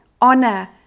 Honor